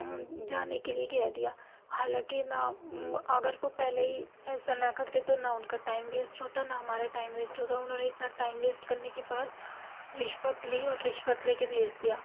جانے کے لیے کہہ دیا حالانکہ نہ اگر وہ پہلے ہی ایسا نہ کرتے تو نہ ان کا ٹائم ویسٹ ہوتا نہ ہمارا ٹائم ویسٹ ہوتا انہوں نے اتنا ٹائم ویسٹ کرنے کے بعد رشوت لی اور رشوت لے کے بھیج دیا